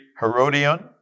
Herodion